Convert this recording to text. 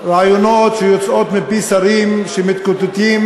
והרעיונות שיוצאים מפי שרים שמתקוטטים